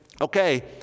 okay